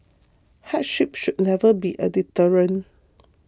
hardship should never be a deterrent